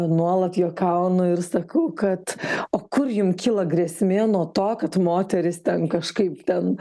nuolat juokaunu ir sakau kad o kur jum kyla grėsmė nuo to kad moteris ten kažkaip ten